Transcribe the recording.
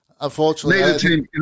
unfortunately